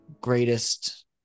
greatest